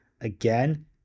again